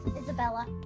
Isabella